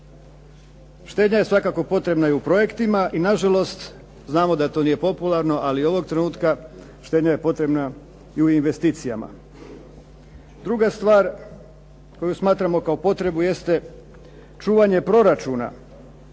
Štednja je svakako potrebna u projektima, ali nažalost znamo da to nije popularno ali ovog trenutka štednja je potrebna i u investicijama. Druga stvar koju smatramo kao potrebu jeste čuvanje proračuna